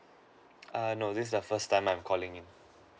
err no this is the first time I'm calling in